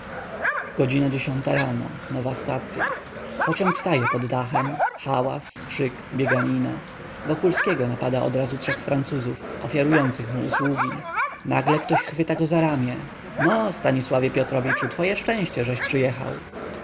godzina dziesiątej rano nowa stacya pociąg staje pod dachem hałas krzyk bieganina wokulskiego napada odrazu trzech francuzów ofiarujących mu usługi nagle ktoś chwyta go za ramię no stanisławie piotrowiczu twoje szczęście żeś przyjechał